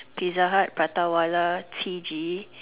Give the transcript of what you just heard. pizza hut Prata Wala QiJi